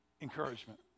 encouragement